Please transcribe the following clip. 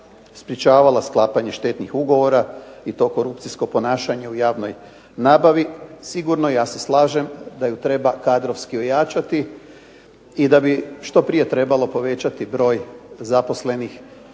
sprečavala sklapanje štetnih ugovora i to korupcijsko ponašanje u javnoj nabavi sigurno, ja se slažem, da ju treba kadrovski ojačati i da bi što prije trebalo povećati broj zaposlenih u toj